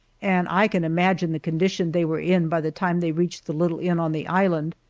and i can imagine the condition they were in by the time they reached the little inn on the island.